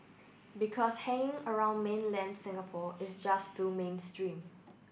because hanging around mainland Singapore is just too mainstream